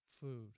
food